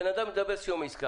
הבן אדם על סיום עסקה.